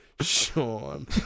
Sean